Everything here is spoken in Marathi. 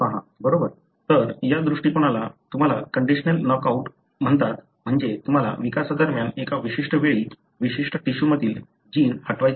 तर म्हणजेच या दृष्टिकोनाला तुम्हाला कंडिशनल नॉकआउट माहित आहे म्हणजे तुम्हाला विकासादरम्यान एका विशिष्ट वेळी विशिष्ट टिशूजमधील जीन हटवायचे आहे